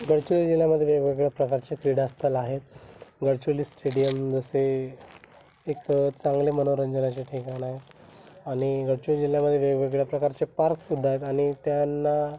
गडचिरोली जिल्ह्यामध्ये वेगवेगळ्या प्रकारचे क्रीडा स्थल आहेत गडचिरोली स्टेडियम जसे एक चांगले मनोरंजनाचे ठिकाण आहे आणि गडचिरोली जिल्ह्यामध्ये वेगवेगळ्या प्रकारचे पार्कसुद्धा आहेत आणि त्यांना